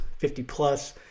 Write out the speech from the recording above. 50-plus